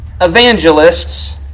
evangelists